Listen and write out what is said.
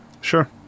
Sure